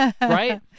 Right